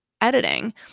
editing